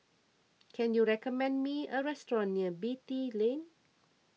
can you recommend me a restaurant near Beatty Lane